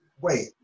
Wait